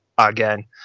Again